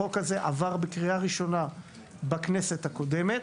החוק הזה עבר בקריאה ראשונה בכנסת הקודמת,